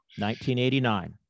1989